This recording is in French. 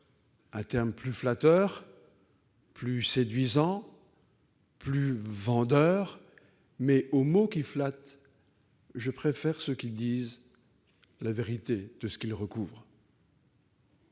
un terme plus flatteur, plus séduisant, plus vendeur, mais aux mots qui flattent, je préfère ceux qui disent la vérité de ce qu'ils recouvrent.